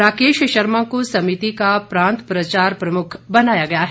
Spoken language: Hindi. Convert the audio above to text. राकेश शर्मा को समिति का प्रांत प्रचार प्रमुख बनाया गया है